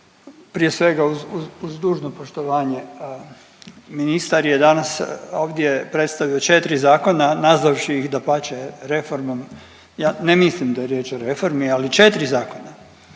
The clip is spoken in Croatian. Prije svega uz dužno poštovanje ministar je danas ovdje predstavio četiri zakona nazvavši ih dapače reformom, ne mislim da je riječ o reformi ali četiri zakona.